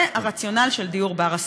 זה הרציונל של דיור בר-השגה.